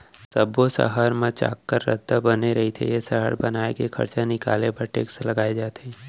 सब्बो सहर मन म चाक्कर रद्दा बने रथे ए सड़क बनाए के खरचा निकाले बर टेक्स लगाए जाथे